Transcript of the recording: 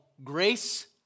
Grace